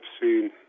seen